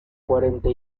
cuarenta